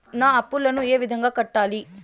నా అప్పులను ఏ విధంగా కట్టాలి?